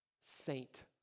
saint